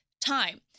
time